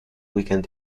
weekend